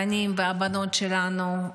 הבנים והבנות שלנו.